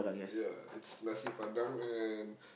ya it's nasi padang and